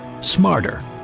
smarter